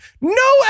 no